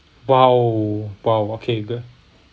!wow! !wow! okay good